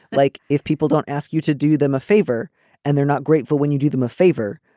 like if people don't ask you to do them a favor and they're not grateful when you do them a favor.